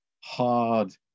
hard